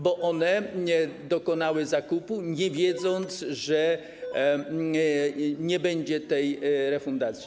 Bo one dokonały zakupu, nie wiedząc, że nie będzie tej refundacji.